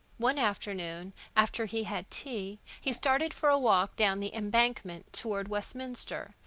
one afternoon, after he had tea, he started for a walk down the embankment toward westminster,